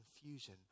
confusion